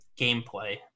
gameplay